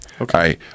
Okay